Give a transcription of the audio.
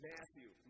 Matthew